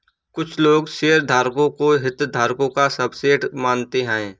कुछ लोग शेयरधारकों को हितधारकों का सबसेट मानते हैं